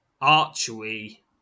archery